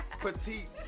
Petite